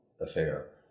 affair